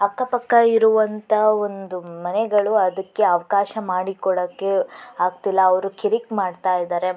ಅಕ್ಕ ಪಕ್ಕ ಇರುವಂಥ ಒಂದು ಮನೆಗಳು ಅದಕ್ಕೆ ಅವಕಾಶ ಮಾಡಿಕೊಡೋಕ್ಕೆ ಆಗ್ತಿಲ್ಲ ಅವರು ಕಿರಿಕ್ ಮಾಡ್ತಾಯಿದ್ದಾರೆ